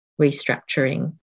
restructuring